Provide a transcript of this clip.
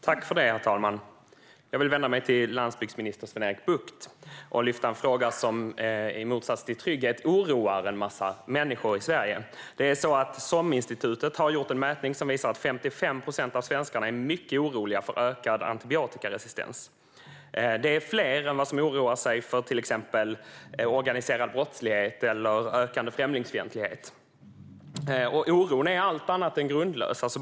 Herr talman! Jag vill vända mig till landsbygdsminister Sven-Erik Bucht och lyfta en fråga som oroar en massa människor i Sverige. SOM-institutet har gjort en mätning som visar att 55 procent av svenskarna är mycket oroliga för ökad antibiotikaresistens. Det är fler än de som oroar sig för till exempel organiserad brottslighet eller ökande främlingsfientlighet. Oron är allt annat än grundlös.